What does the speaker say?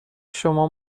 شما